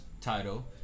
title